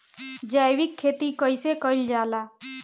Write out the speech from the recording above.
जैविक खेती कईसे कईल जाला?